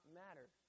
matter